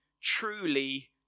truly